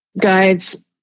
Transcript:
guides